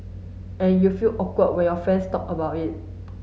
and you feel awkward when your friends talk about it